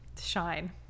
shine